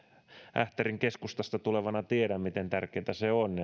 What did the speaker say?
ähtärin keskustasta tulevana tiedän miten tärkeätä liikkuminen on